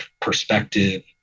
perspective